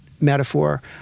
metaphor